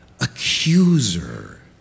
accuser